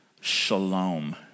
Shalom